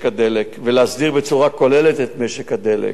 הדלק ולהסדיר בצורה כוללת את משק הדלק.